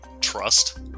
Trust